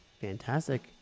fantastic